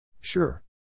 Sure